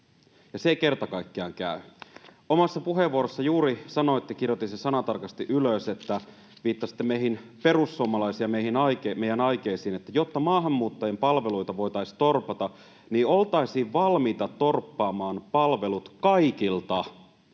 ja se ei kerta kaikkiaan käy. Omassa puheenvuorossanne juuri sanoitte — kirjoitin sen sanatarkasti ylös — viittasitte meihin perussuomalaisiin ja meidän aikeisiimme, että jotta maahanmuuttajien palveluita voitaisiin torpata, niin oltaisiin valmiita torppaamaan palvelut kaikilta.